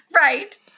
Right